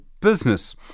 Business